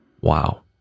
Wow